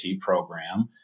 program